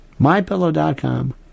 MyPillow.com